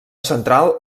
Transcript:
central